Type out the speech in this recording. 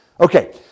Okay